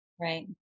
Right